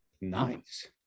Nice